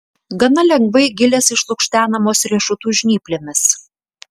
gana lengvai gilės išlukštenamos riešutų žnyplėmis